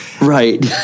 Right